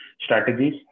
strategies